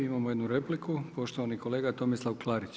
Imamo jednu repliku poštovani kolega Tomislav Klarić.